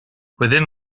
within